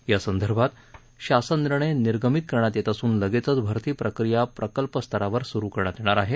या संदर्भात शासन निर्णय निर्गमित करण्यात येत असून लगेचच भरती प्रक्रिया प्रकल्प स्तरावर सुरु करण्यात येणार आहे